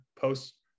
posts